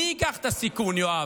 מי ייקח את הסיכון, יואב?